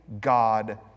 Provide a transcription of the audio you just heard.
God